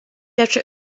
after